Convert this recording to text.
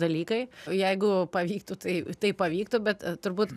dalykai jeigu pavyktų tai tai pavyktų bet turbūt